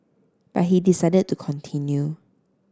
but he decided to continue